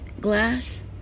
glass